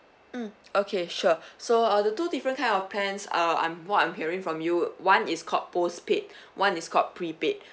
mm okay sure so uh the two different kind of plans um I'm what I'm hearing from you one is called postpaid one is called prepaid